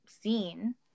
seen